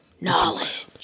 Knowledge